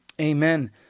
Amen